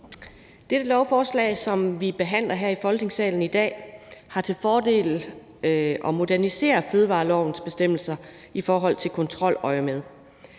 Dette lovforslag, som vi behandler her i Folketingssalen i dag, har til formål at modernisere fødevarelovens bestemmelser i kontroløjemed.